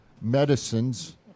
medicines